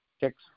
Text